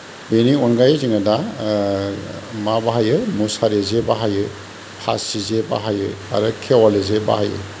बेनि अनगायै जोङो दा मा बाहायो मुसारि जे बाहायो फासि जे बाहायो आरो खेवालि जे बाहायो